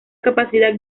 capacidad